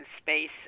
space